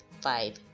five